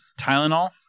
Tylenol